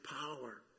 power